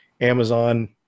Amazon